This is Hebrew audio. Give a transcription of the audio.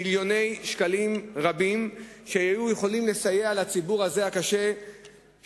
מיליוני שקלים רבים שהיו יכולים לסייע לציבור הזה הקשה-יום,